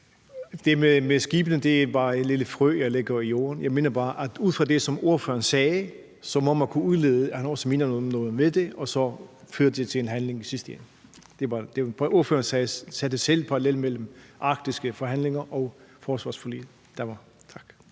Det med skibene er bare et lille frø, jeg lægger i jorden. Jeg mener bare, at ud fra det, som ordføreren sagde, så må man kunne udlede, at han også mener noget med det, og at det så fører til en handling i sidste ende. Ordføreren nævnte selv, at der var parallelitet mellem de arktiske forhandlinger og forsvarsforliget. Kl.